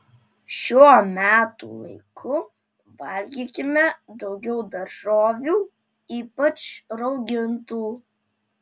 šiuo metų laiku valgykime daugiau daržovių ypač raugintų